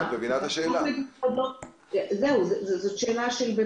זאת שאלה.